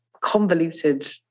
convoluted